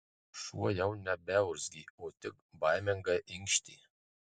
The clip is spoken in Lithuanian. šuo jau nebeurzgė o tik baimingai inkštė